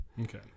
Okay